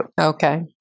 Okay